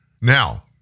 Now